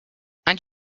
and